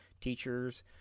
teachers